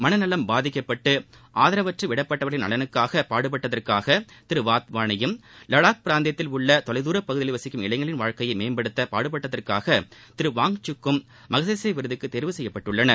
மனநலம் பாதிக்கப்பட்டு ஆதரவற்று விடப்பட்டவர்களின் நலனுக்காக பாடுபட்டதற்காக திரு வாத்வாணியும் லடாக் பிராந்தியத்தில் உள்ள தொலைதூரப் பகுதிகளில் வசிக்கும் இளைஞர்களின் வாழ்க்கையை மேம்படுத்த பாடுபட்டதற்காக திரு வாங்சுக்கும் மகசேசே விருதுக்கு தேர்வு செய்யப்பட்டுள்ளனர்